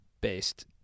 based